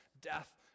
death